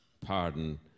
pardon